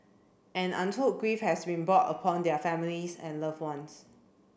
and untold grief has been brought upon their families and loved ones